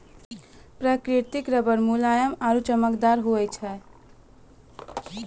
प्रकृतिक रबर मुलायम आरु चमकदार होय छै